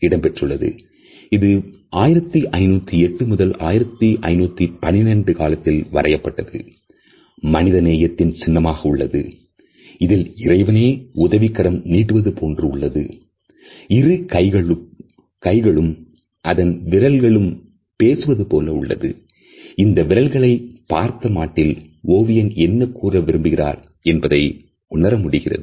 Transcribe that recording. இது 1508 1512 காலத்தில் இந்த விரல்களை பார்த்த மட்டில் ஓவியன் என்ன கூற விரும்புகிறார் என்பதை உணர முடிகிறது